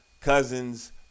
Cousins